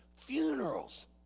funerals